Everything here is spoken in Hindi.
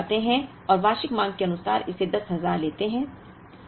अब हम वापस जाते हैं और वार्षिक मांग के अनुसार इसे 10000 लेते हैं